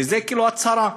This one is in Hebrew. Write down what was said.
וזו כאילו הצהרה,